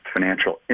financial